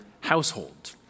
household